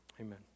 Amen